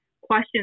question